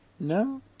No